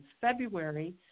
February